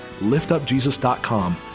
liftupjesus.com